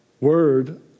word